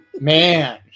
Man